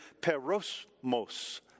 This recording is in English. perosmos